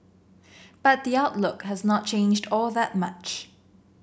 but the outlook has not changed all that much